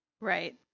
Right